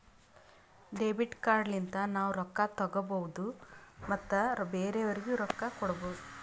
debit card ಲಿಂತ ನಾವ್ ರೊಕ್ಕಾ ತೆಕ್ಕೋಭೌದು ಮತ್ ಬೇರೆಯವ್ರಿಗಿ ರೊಕ್ಕಾ ಕೊಡ್ಭೌದು